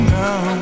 now